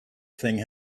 thing